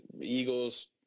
Eagles